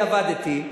אני עבדתי,